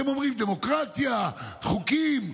אתם אומרים: דמוקרטיה, חוקים.